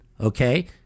okay